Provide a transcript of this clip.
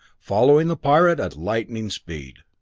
following the pirate at lightning speed.